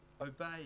obey